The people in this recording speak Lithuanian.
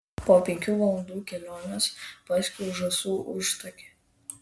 po penkių valandų kelionės pasiekiau žąsų užtakį